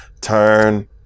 turn